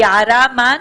יערה מן